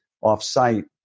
off-site